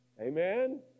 Amen